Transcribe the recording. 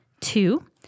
Two